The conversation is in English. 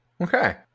Okay